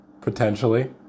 Potentially